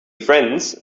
friends